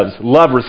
Love